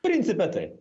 principe taip